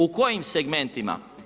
U kojim segmentima?